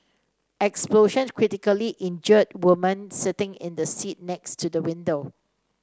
explosion critically injured woman sitting in the seat next to the window